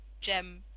gem